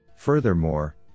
Furthermore